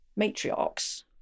matriarchs